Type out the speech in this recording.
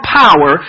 power